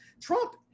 Trump